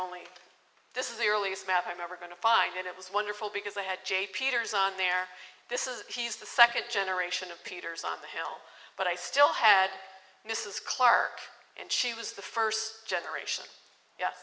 only this is the earliest map i'm ever going to find it was wonderful because i had jay peters on there this is he's the second generation of peter's on the hill but i still had mrs clarke and she was the first generation ye